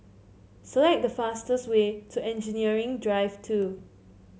select the fastest way to Engineering Drive Two